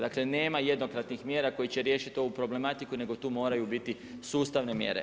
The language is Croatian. Dakle nema jednokratnih mjera koji će riješiti ovu problematiku nego tu moraju biti sustavne mjere.